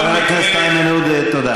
חבר הכנסת איימן עודה, תודה.